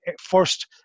first